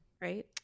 right